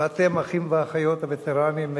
ואתם, אחים ואחיות, הווטרנים,